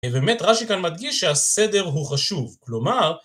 באמת רש"י כאן מדגיש שהסדר הוא חשוב, כלומר...